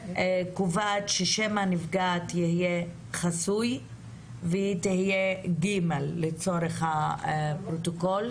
אני קובעת ששם הנפגעת יהיה חסוי והיא תהיה ג' לצורך הפרוטוקול.